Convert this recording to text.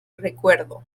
recuerdo